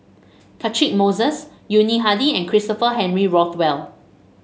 Catchick Moses Yuni Hadi and Christopher Henry Rothwell